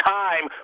time